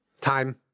Time